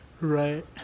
Right